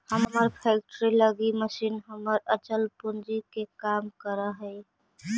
हमर फैक्ट्री लगी मशीन हमर अचल पूंजी के काम करऽ हइ